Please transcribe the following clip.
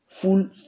full